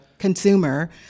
consumer